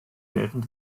während